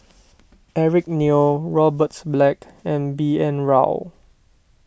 Eric Neo Robert Black and B N Rao